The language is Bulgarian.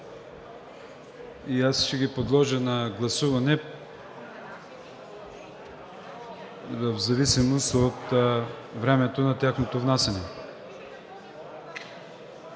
И аз ще ги подложа на гласуване в зависимост от времето на тяхното внасяне.